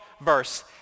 verse